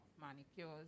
manicures